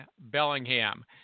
Bellingham